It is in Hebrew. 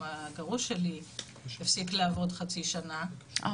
גם הגרוש שלי הפסיק לעבוד במשך חצי שנה,